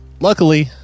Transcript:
luckily